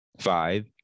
Five